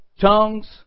tongues